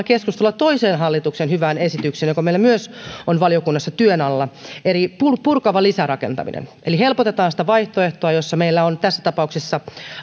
keskustelua toiseen hallituksen hyvään esitykseen joka meillä myös on valiokunnassa työn alla purkava lisärakentaminen eli helpotetaan sitä vaihtoehtoa jossa meillä on tässä tapauksessa